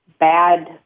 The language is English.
bad